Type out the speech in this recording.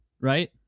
Right